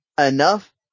enough